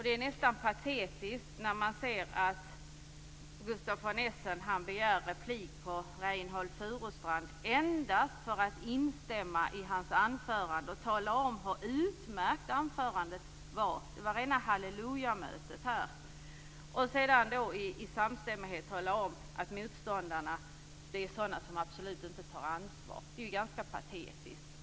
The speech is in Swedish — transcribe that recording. Det är nästan patetiskt när man ser att Gustaf von Essen begär replik på Reynoldh Furustrand endast för att instämma i hans anförande och tala om hur utmärkt anförandet var. Det var rena hallelujamötet här. Sedan talade de i samstämmighet om att motståndarna är sådana som absolut inte tar ansvar. Det är ganska patetiskt.